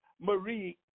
Marie